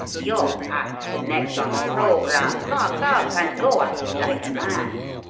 your act's the next on the programme. buck up and go at it like a man.